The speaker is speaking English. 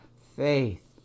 faith